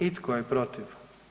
I tko je protiv?